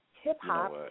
hip-hop